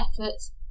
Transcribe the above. efforts